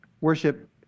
Worship